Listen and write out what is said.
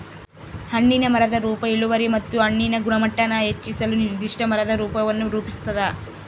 ಹಣ್ಣಿನ ಮರದ ರೂಪ ಇಳುವರಿ ಮತ್ತು ಹಣ್ಣಿನ ಗುಣಮಟ್ಟಾನ ಹೆಚ್ಚಿಸಲು ನಿರ್ದಿಷ್ಟ ಮರದ ರೂಪವನ್ನು ರೂಪಿಸ್ತದ